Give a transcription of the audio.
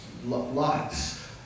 Lots